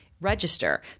register